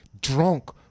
drunk